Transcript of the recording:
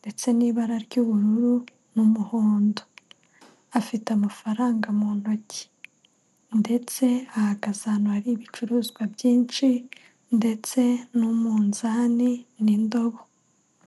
ndetse n'ibara ry'ubururu n'umuhondo, afite amafaranga mu ntoki ndetse ahagaze ahantu hari ibicuruzwa byinshi, ndetse n'umunzani n'indobo.